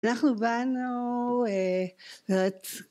‫אנחנו באנו